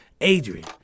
Adrian